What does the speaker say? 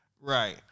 Right